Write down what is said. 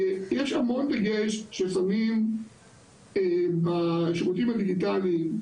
יש אנשים שצריך לעזור להם עם נגישות לכל נושא הדיגיטציה,